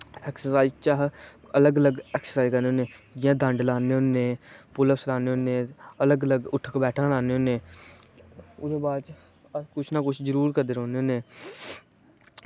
exercise च अस अलग अलग एक्सरसाईज़ करा नै जियां डंड लानै होने पुल अप्स अलग अलग उठक बैठक लाने होने ओह्दे बाद च कुछ ना कुछ जरूर करदे रौह्ने होने